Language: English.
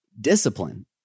discipline